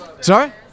Sorry